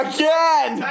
Again